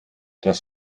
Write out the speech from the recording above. das